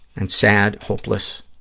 and sad, hopeless,